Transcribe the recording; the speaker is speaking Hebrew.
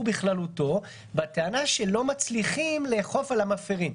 בכללותו בטענה שלא מצליחים לאכוף על המפרים.